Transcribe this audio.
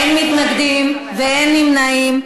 אין מתנגדים ואין נמנעים.